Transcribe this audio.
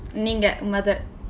நீங்க :niingka mother